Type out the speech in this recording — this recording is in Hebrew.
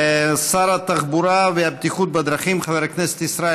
שר התחבורה והבטיחות בדרכים חבר הכנסת ישראל